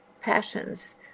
passions